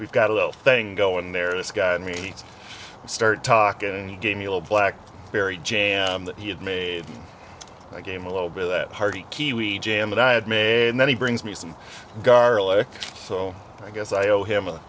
we've got a little thing go in there this guy and me start talking and he gave me a little black berry j m that he had made a game a little bit of that party kiwi jam that i had made and then he brings me some garlic so i guess i owe him a